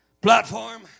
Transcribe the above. platform